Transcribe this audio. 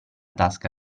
tasca